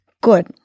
Good